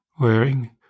wearing